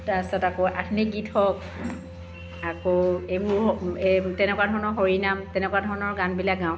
তাৰপিছত আকৌ আধুনিক গীত হওক আকৌ এইবোৰ হওক এই তেনেকুৱা ধৰণৰ হৰিনাম তেনেকুৱা ধৰণৰ গানবিলাক গাওঁ